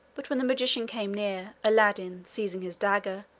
but when the magician came near, aladdin, seizing his dagger,